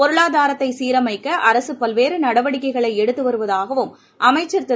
பொருளாதாரத்தை சீரமைக்க அரசு பல்வேறு நடவடிக்கைளை எடுத்து வருவதாவும் அமைச்சர் திரு